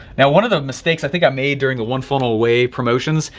now one of the mistakes i think i made during a one funnel way promotions,